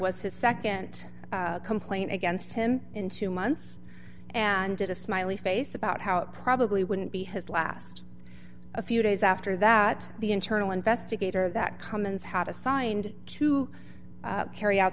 was his nd complaint against him in two months and did a smiley face about how it probably wouldn't be his last a few days after that the internal investigator that cummins had assigned to carry out